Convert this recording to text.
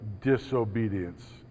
disobedience